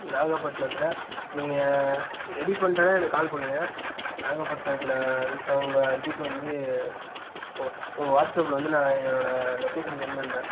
நாகப்பட்னத்தில் நீங்கள் ரெடி பண்ட்டீனா எனக்கு கால் பண்ணுங்கள் நாகபட்னத்தில் அங்கே இதுக்கு வந்து வாட்ஸ்அப்பில் வந்து நான் வந்து என்னோடய லொகேஷனை சென்ட் பண்றேன்